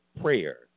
prayer